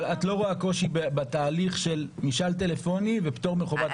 אבל את לא רואה קושי בתהליך של משאל טלפוני ובפטור מחובת הנחה?